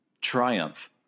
triumph